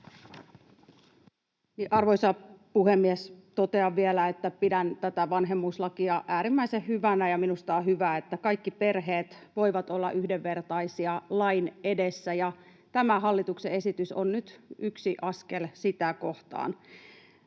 Arvoisa puhemies! Totean vielä, että pidän tätä vanhemmuuslakia äärimmäisen hyvänä. Minusta on hyvä, että kaikki perheet voivat olla yhdenvertaisia lain edessä, ja tämä hallituksen esitys on nyt yksi askel sitä kohti.